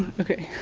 okay.